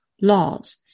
laws